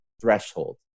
threshold